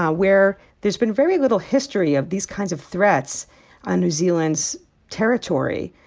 ah where there's been very little history of these kinds of threats on new zealand's territory.